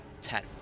Ten